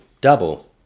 double